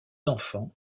enfants